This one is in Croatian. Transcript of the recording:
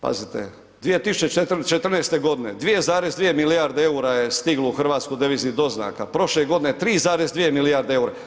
Pazite 2014. godine, 2,2 milijarde eura je stiglo u Hrvatsku deviznih doznaka, prošle godine 3,2 milijarde eura.